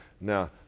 Now